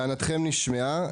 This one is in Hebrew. טענתכם נשמעה.